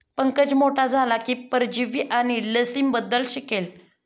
पंकज मोठा झाला की परजीवी आणि लसींबद्दल शिकेल